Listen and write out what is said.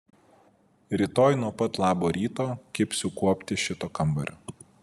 rytoj nuo pat labo ryto kibsiu kuopti šito kambario